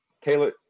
Taylor